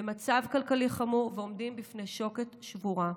במצב כלכלי חמור, ועומדים בפני שוקת שבורה.